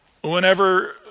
whenever